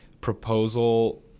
proposal